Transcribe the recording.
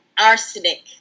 arsenic